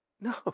No